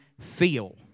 feel